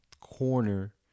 corner